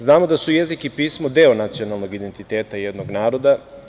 Znamo da su jezik i pismo deo nacionalnog identiteta jednog naroda.